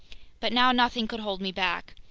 but now nothing could hold me back.